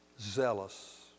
zealous